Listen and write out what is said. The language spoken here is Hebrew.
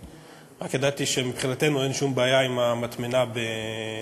רק ידעתי שמבחינתנו אין שום בעיה עם המטמנה בגבעה-הצרפתית.